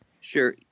Sure